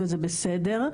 וזה בסדר,